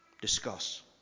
Discuss